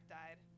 died